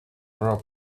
rock